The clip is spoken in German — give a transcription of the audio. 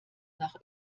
nach